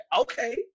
okay